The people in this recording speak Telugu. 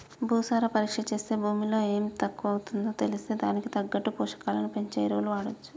భూసార పరీక్ష చేస్తే భూమిలో ఎం తక్కువుందో తెలిస్తే దానికి తగ్గట్టు పోషకాలను పెంచే ఎరువులు వాడొచ్చు